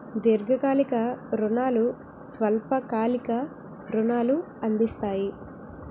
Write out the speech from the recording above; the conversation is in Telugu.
దీర్ఘకాలిక రుణాలు స్వల్ప కాలిక రుణాలు అందిస్తాయి